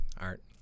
Art